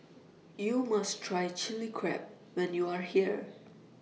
YOU must Try Chilli Crab when YOU Are here